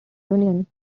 union